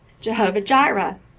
Jehovah-Jireh